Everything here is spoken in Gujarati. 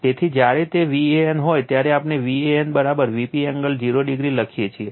તેથી જ્યારે તે Van હોય ત્યારે આપણે Van Vp એંગલ 0 o લખીએ છીએ